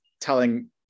telling